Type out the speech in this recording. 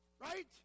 right